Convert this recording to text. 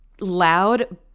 loud